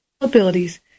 abilities